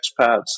expats